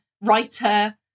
writer